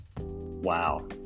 Wow